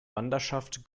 wanderschaft